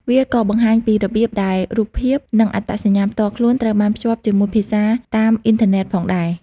វាក៏បង្ហាញពីរបៀបដែលរូបភាព និងអត្តសញ្ញាណផ្ទាល់ខ្លួនត្រូវបានភ្ជាប់ជាមួយភាសាតាមអ៊ីនធឺណិតផងដែរ។